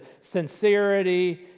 sincerity